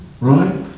right